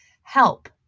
help